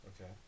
Okay